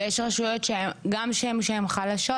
ויש רשויות גם שהן חלשות,